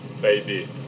baby